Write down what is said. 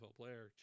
player